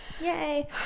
Yay